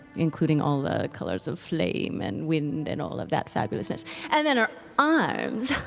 including all the colors of flame and wind and all of that fabulousness and then her arms